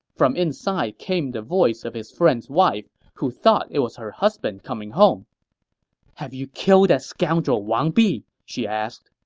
from inside came the voice of his friend's wife, who thought it was her husband coming home have you killed that scoundrel wang bi? she asked